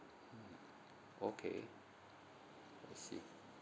mmhmm okay I see